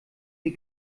wir